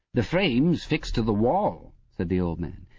the frame's fixed to the wall said the old man,